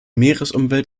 meeresumwelt